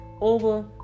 over